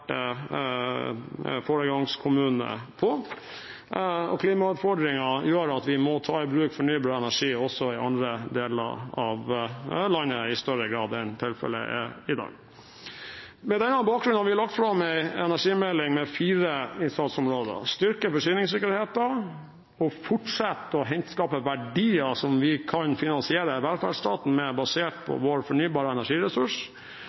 gjør at vi må ta i bruk fornybar energi også i andre deler av landet i større grad enn tilfellet er i dag. På denne bakgrunn har vi lagt fram en energimelding med fire innsatsområder: styrket forsyningssikkerhet å fortsette å skape verdier som vi kan finansiere velferdsstaten med, basert på vår fornybare energiressurs